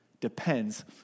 depends